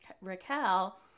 Raquel